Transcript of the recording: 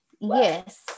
Yes